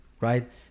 Right